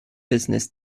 business